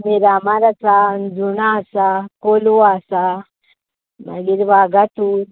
मिरामार आसा अंजुना आसा कोलवा आसा मागीर वागाथूर